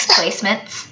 placements